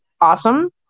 awesome